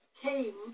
came